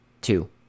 two